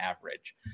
average